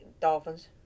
Dolphins